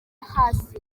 hasi